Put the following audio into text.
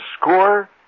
score